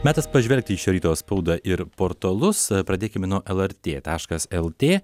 metas pažvelgti į šio ryto spaudą ir portalus pradėkime nuo lrt taškas lt